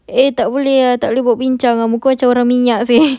eh tak boleh ah tak boleh buat bincang ah muka macam orang minyak seh